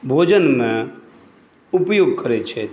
भोजनमे उपयोग करैत छथि